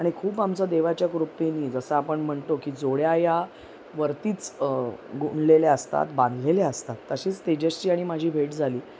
आणि खूप आमचा देवाच्याकृपेनी जसं आपण म्हणतो की जोड्या या वरतीच गुंलेले असतात बांधलेले असतात तशीच तेजश्वी आणि माझी भेट झाली